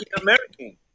American